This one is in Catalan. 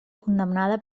condemnada